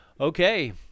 Okay